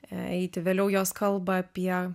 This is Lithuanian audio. eiti vėliau jos kalba apie